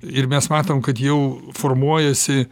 ir mes matom kad jau formuojasi